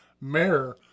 mayor